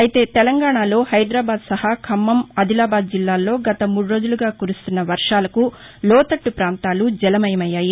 అయితే తెలంగాణాలో హైదరాబాద్ సహా ఖమ్మం అదిలాబాద్ జిల్లాల్లో గత మూడు రోజులుగా కురుస్తున్న వర్షాలకు లోతట్టు ప్రాంతాలు జలమయం అయ్యాయి